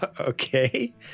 Okay